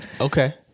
Okay